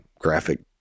graphic